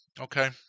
okay